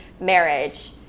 marriage